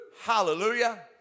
Hallelujah